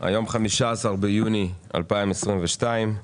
היום ה-15 ביוני 2022,